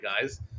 guys